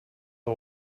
are